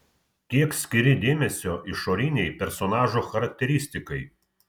kiek skiri dėmesio išorinei personažo charakteristikai